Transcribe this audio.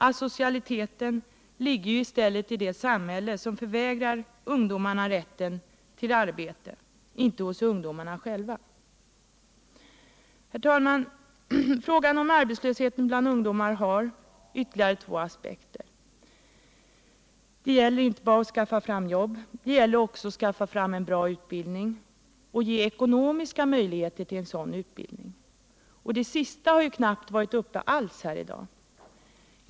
Asocialiteten ligger i stället i det samhälle som förvägrar ungdomarna rätten till arbete — inte hos ungdomarna själva. Herr talman! Frågan om arbetslösheten bland ungdomarna har ytterligare två aspekter. Det gäller inte bara att skaffa fram fler jobb, utan det gäller också att skaffa fram en bra utbildning och ge ekonomiska möjligheter till en sådan utbildning. Det sista har knappt varit uppe alls här i dag.